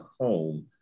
home